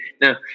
Now